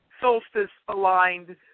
solstice-aligned